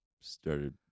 started